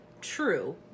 True